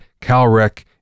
Calrec